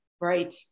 Right